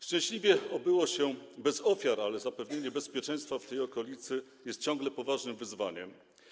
Szczęśliwie obyło się bez ofiar, ale zapewnienie bezpieczeństwa w tej okolicy jest ciągle poważnym wyzwaniem.